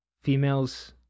females